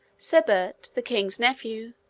sebert, the king's nephew,